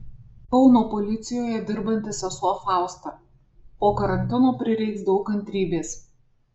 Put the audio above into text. kauno policijoje dirbanti sesuo fausta po karantino prireiks daug kantrybės